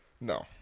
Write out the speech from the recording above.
No